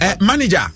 manager